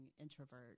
introvert